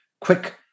quick